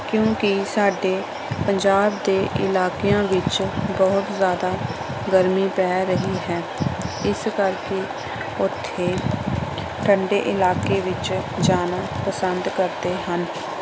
ਕਿਉਂਕਿ ਸਾਡੇ ਪੰਜਾਬ ਦੇ ਇਲਾਕਿਆਂ ਵਿੱਚ ਬਹੁਤ ਜ਼ਿਆਦਾ ਗਰਮੀ ਪੈ ਰਹੀ ਹੈ ਇਸ ਕਰਕੇ ਉੱਥੇ ਠੰਡੇ ਇਲਾਕੇ ਵਿੱਚ ਜਾਣਾ ਪਸੰਦ ਕਰਦੇ ਹਨ